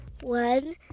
One